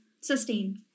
sustain